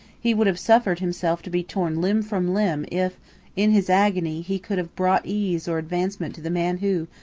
he would have suffered himself to be torn limb from limb if in his agony he could have brought ease or advancement to the man who,